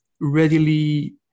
readily